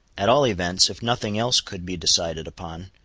at all events, if nothing else could be decided upon,